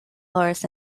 loras